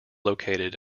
located